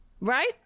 Right